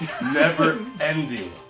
Never-ending